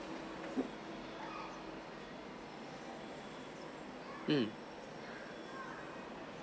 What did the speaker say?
um